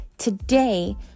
Today